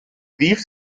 rief